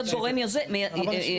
צריך להיות גורם יוזם, יזם.